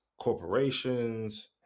corporations